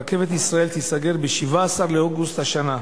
רכבת ישראל תיסגר ב-17 באוגוסט השנה.